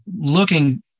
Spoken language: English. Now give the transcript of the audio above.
looking